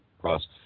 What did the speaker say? cross